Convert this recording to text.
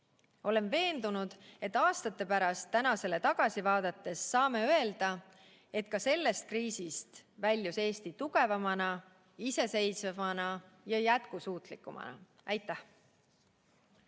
Olen veendunud, et aastate pärast tänasele tagasi vaadates saame öelda, et ka sellest kriisist väljus Eesti tugevamana, iseseisvana ja jätkusuutlikumana. Aitäh!